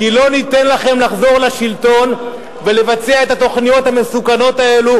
כי לא ניתן לכם לחזור לשלטון ולבצע את התוכניות המסוכנות האלו,